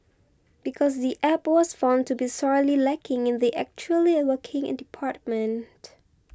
because the App was found to be sorely lacking in the 'actually working' in department